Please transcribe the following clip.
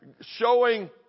showing